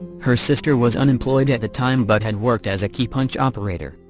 her sister was unemployed at the time but had worked as a key-punch operator,